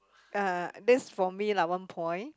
uh that's for me lah one point